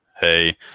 Hey